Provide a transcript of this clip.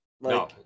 no